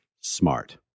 smart